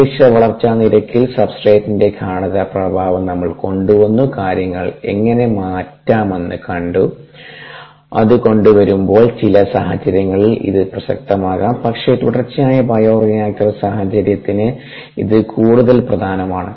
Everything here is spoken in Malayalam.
നിർദ്ദിഷ്ട വളർച്ചാ നിരക്കിൽ സബ്സ്ട്രെടിന്റെ ഗാഢത പ്രഭാവം നമ്മൾ കൊണ്ടുവന്നു കാര്യങ്ങൾ എങ്ങനെ മാറ്റാമെന്ന് കണ്ടു അത് കൊണ്ടുവരുമ്പോൾ ചില സാഹചര്യങ്ങളിൽ ഇത് പ്രസക്തമാകാം പക്ഷേ തുടർച്ചയായ ബയോറിയാക്റ്റർ സാഹചര്യത്തിന് ഇത് കൂടുതൽ പ്രധാനമാണ്